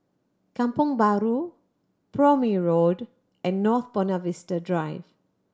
Kampong Bahru Prome Road and North Buona Vista Drive